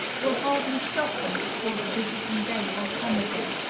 will hardly soften before the visiting-day will come again,